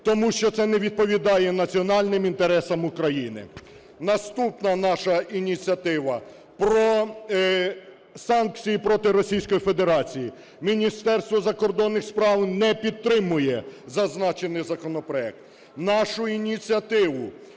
тому що це не відповідає національним інтересам України. Наступна наша ініціатива – санкції проти Російської Федерації. Міністерство закордонних справ не підтримує зазначений законопроект. Нашу ініціативу